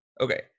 Okay